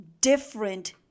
different